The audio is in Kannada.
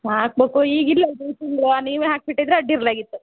ಹಾಕ್ಬೇಕು ಈಗ ಇಲ್ವಲ್ರಿ ಈ ತಿಂಗಳು ನೀವೇ ಹಾಕ್ಬಿಟ್ಟಿದ್ರೆ ಅಡ್ಡಿಲ್ಲಾಗಿತ್ತು